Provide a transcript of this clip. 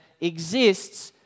exists